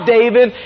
David